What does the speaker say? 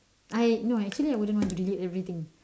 I no actually I wouldn't want to delete everything